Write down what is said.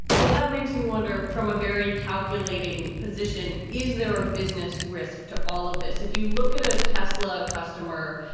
well, that makes me wonder from a very calculating position. is there a business risk to all of this if you look at a tesla customer?